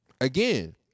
Again